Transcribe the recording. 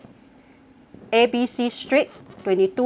A B C street twenty two